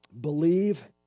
believe